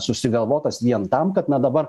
susigalvotas vien tam kad na dabar